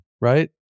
Right